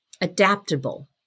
adaptable